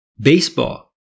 baseball